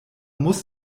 muss